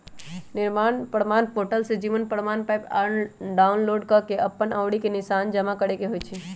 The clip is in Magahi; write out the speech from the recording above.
जीवन प्रमाण पोर्टल से जीवन प्रमाण एप डाउनलोड कऽ के अप्पन अँउरी के निशान जमा करेके होइ छइ